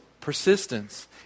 persistence